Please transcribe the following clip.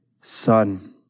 son